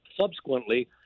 subsequently